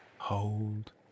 Hold